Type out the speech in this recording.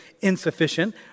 insufficient